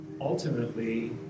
ultimately